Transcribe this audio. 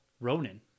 Ronan